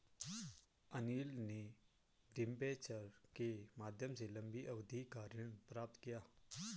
अनिल ने डिबेंचर के माध्यम से लंबी अवधि का ऋण प्राप्त किया